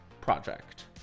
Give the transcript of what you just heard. project